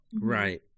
Right